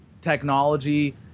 technology